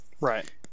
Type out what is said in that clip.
Right